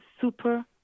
super